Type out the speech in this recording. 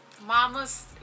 mamas